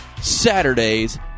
Saturdays